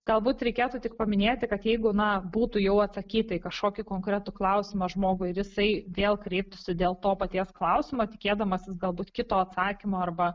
galbūt reikėtų tik paminėti kad jeigu na būtų jau atsakyta į kažkokį konkretų klausimą žmogui ir jisai vėl kreiptųsi dėl to paties klausimo tikėdamasis galbūt kito atsakymo arba